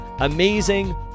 amazing